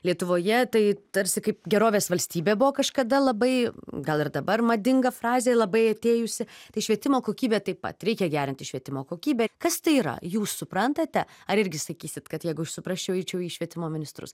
lietuvoje tai tarsi kaip gerovės valstybė buvo kažkada labai gal ir dabar madinga frazė labai atėjusi tai švietimo kokybė taip pat reikia gerinti švietimo kokybę kas tai yra jūs suprantate ar irgi sakysit kad jeigu aš suprasčiau eičiau į švietimo ministrus